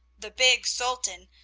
the big sultan,